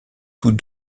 tous